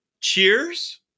cheers